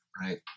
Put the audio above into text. right